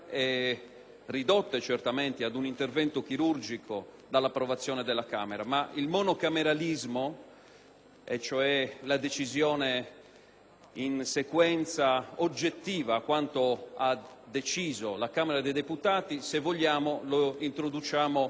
cioè la decisione in sequenza oggettiva a quanto stabilito dalla Camera dei deputati, se vogliamo lo introduciamo con norma costituzionale e non per prassi regolamentare con interpretazioni così restrittive come quella che abbiamo visto questa sera.